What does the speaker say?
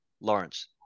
Lawrence